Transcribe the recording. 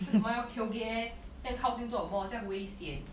为什么要 tailgate leh 这样靠近做什么这样危险